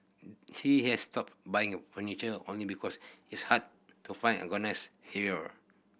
he has stopped buying furniture only because it's hard to find here